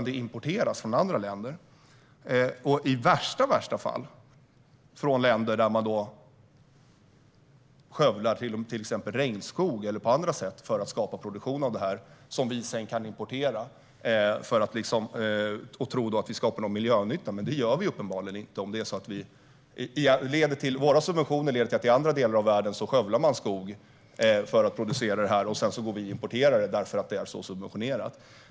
De importeras från andra länder, i värsta fall från länder där man skövlar till exempel regnskog för att skapa produktion av det som vi sedan importerar i tron att vi skapar miljönytta. Det gör vi uppenbarligen inte om det är så att våra subventioner leder till att man i andra delar av världen skövlar skog för att producera det som vi sedan importerar för att det är så subventionerat.